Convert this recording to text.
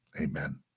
amen